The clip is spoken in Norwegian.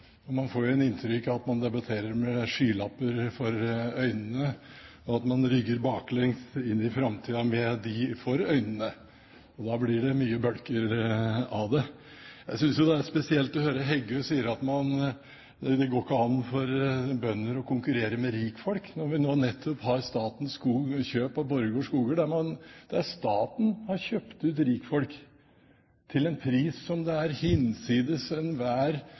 man diskuterer med skylapper for øynene, og at man rygger baklengs inn i framtiden med slike for øynene. Da blir det mye bølger av det. Jeg synes det er spesielt å høre Heggø si at det ikke går an for bønder å konkurrere med rikfolk, når vi nå nettopp har sett Statskogs kjøp av Borregaards skoger, der staten har kjøpt ut rikfolk til en pris som er hinsides enhver